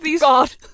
God